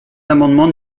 l’amendement